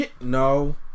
No